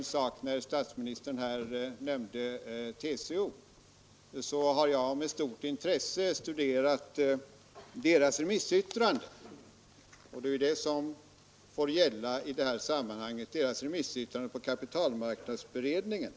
Statsministern nämnde TCO, och jag har med stort intresse studerat deras remissyttrande om kapitalmarknadsutredningen.